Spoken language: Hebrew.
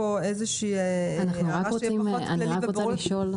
אם אפשר, אני רוצה לשאול.